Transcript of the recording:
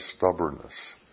stubbornness